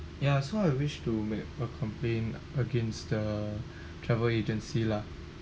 ya so I wish to make a complaint against the travel agency lah